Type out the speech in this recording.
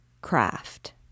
craft